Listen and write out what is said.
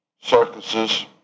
circuses